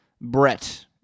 Brett